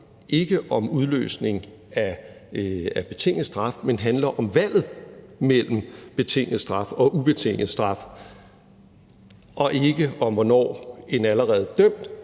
om udløsning af betinget straf, men handler om valget mellem betinget straf og ubetinget straf – og ikke om, hvornår en allerede dømt